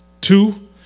Two